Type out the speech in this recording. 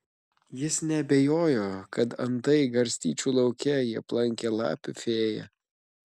jis neabejojo kad andai garstyčių lauke jį aplankė lapių fėja